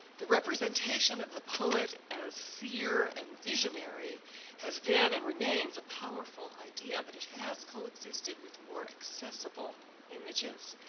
the representation of the poet as seer and visionary has been and remains a powerful idea, but it has coexisted with more accessible images.